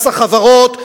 מס החברות,